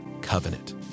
covenant